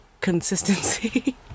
consistency